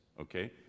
okay